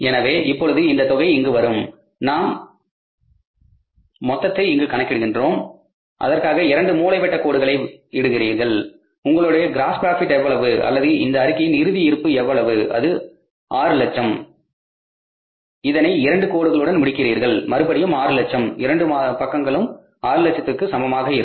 எனவே இப்பொழுது இந்த தொகை இங்கு வரும் நாம் மொத்தத்தை இங்கு கணக்கிடுகிறோம் அதற்காக இரண்டு மூலைவிட்ட கோடுகளை இடுகின்றீர்கள் உங்களுடைய க்ராஸ் ப்ராபிட் எவ்வளவு அல்லது இந்த அறிக்கையின் இறுதி இருப்பு எவ்வளவு அது 600000 இதனை இரண்டு கோடுகளுடன் முடிக்கிறீர்கள் மறுபடியும் இது 600000 இரண்டு பக்கங்களும் 6 லட்சத்திற்கு சமமாக இருக்கும்